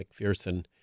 McPherson